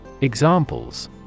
Examples